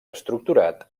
estructurat